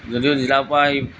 যদিও জিলাৰ পৰাই